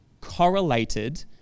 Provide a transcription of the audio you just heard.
correlated